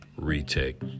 retake